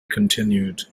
continued